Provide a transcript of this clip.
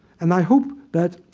and i hope that,